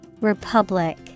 republic